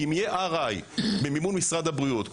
כי אם יהיה RI במימון משרד הבריאות,